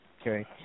okay